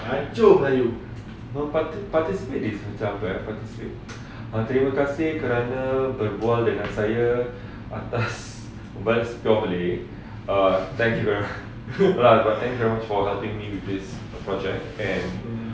hancur melayu participate macam tu eh participate uh terima kasih kerana berbual dengan saya atas voice recording err thanks bro~ thanks very much for helping me with this project and